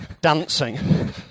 Dancing